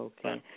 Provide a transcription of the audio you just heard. Okay